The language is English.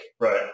Right